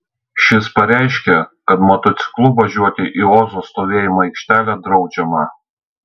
šis pareiškė kad motociklu važiuoti į ozo stovėjimo aikštelę draudžiama